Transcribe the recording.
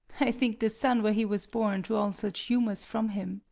i think the sun where he was born drew all such humours from him.